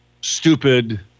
stupid